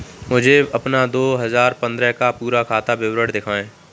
मुझे अपना दो हजार पन्द्रह का पूरा खाता विवरण दिखाएँ?